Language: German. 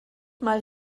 mal